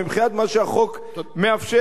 מבחינת מה שהחוק מאפשר.